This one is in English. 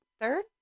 third